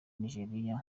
nigeria